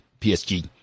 PSG